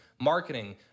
marketing